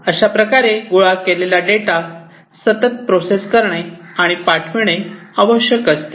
अशाप्रकारे गोळा केलेला डेटा सतत प्रोसेस करणे आणि पाठविणे आवश्यक असते